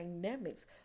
dynamics